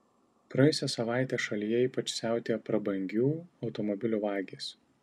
praėjusią savaitę šalyje ypač siautėjo prabangių automobilių vagys